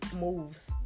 moves